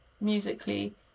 musically